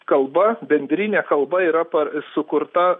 kalba bendrinė kalba yra sukurta